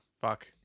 Fuck